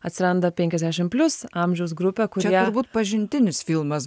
atsiranda penkiasdešim plius amžiaus grupė kurioje pažintinis filmas